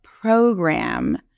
program